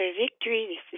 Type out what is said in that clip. Victory